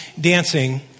dancing